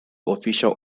official